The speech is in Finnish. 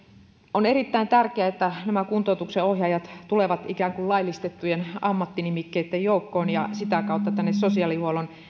on erittäin tärkeää että nämä kuntoutuksen ohjaajat tulevat ikään kuin laillistettujen ammattinimikkeitten joukkoon ja sitä kautta tänne sosiaalihuollon